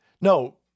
No